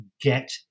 get